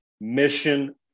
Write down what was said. mission